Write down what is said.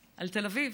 על תל אביב,